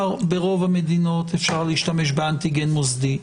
שברוב המדינות אפשר להשתמש באנטיגן מוסדי.